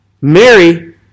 Mary